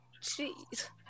Jeez